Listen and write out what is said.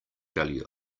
value